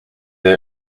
they